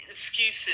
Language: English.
excuses